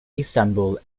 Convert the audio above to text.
istanbul